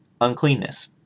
uncleanness